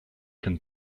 can